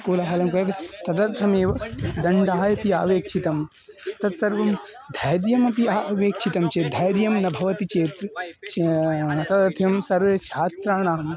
कोलाहलं करोति तदर्थमेव दण्डः इति अपेक्षितं तत्सर्वं धैर्यमपि अपेक्षितं चेत् धैर्यं न भवति चेत् तदर्थं सर्वे छात्राणां